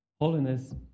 holiness